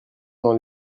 dans